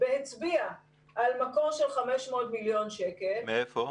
והצביע על מקור של 500 מיליון שקל -- מאיפה?